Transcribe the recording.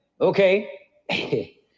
Okay